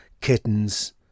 kittens